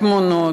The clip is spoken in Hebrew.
בתמונות,